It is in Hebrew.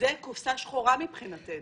זו קופסה שחורה מבחינתנו.